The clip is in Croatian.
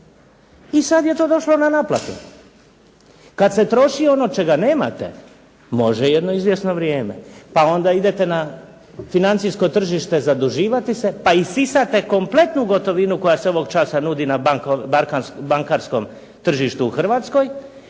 I sad je to došlo na naplatu. Kad se troši ono čega nemate, može jedno izvjesno vrijeme, pa onda idete na financijsko tržište zaduživati se, pa isisate kompletnu gotovinu koja se ovog časa nudi na bankarskom tržištu u Hrvatskoj,